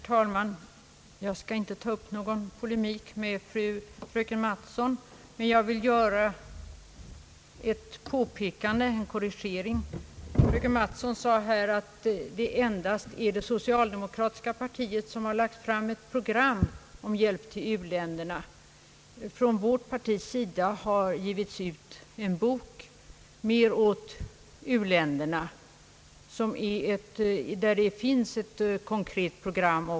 Herr talman! Jag skall inte ta upp någon polemik med fröken Mattson, men jag vill göra en korrigering. Fröken Mattson sade här att det endast är det socialdemokratiska partiet som har lagt fram ett program om hjälp till u-länderna. Vårt parti har givit ut en bok »Mer åt u-länderna», som också innehåller ett konkret program.